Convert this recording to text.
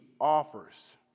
offers